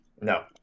No